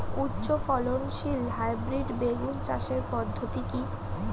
উচ্চ ফলনশীল হাইব্রিড বেগুন চাষের পদ্ধতি কী?